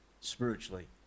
spiritually